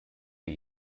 wir